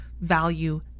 value